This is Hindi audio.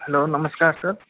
हलो नमस्कार सर